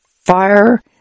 fire